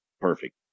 perfect